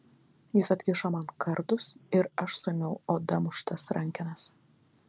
jis atkišo man kardus ir aš suėmiau oda muštas rankenas